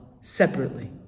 Separately